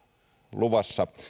luvassa